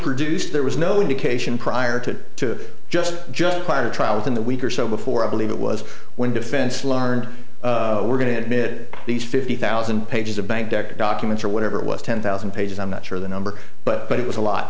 produced there was no indication prior to to just just plan a trial within the week or so before i believe it was when defense learned we're going to admit these fifty thousand pages of bank debt documents or whatever it was ten thousand pages i'm not sure the number but it was a lot